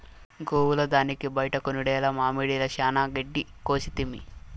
గోవుల దానికి బైట కొనుడేల మామడిల చానా గెడ్డి కోసితిమి